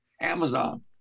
Amazon